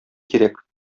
кирәк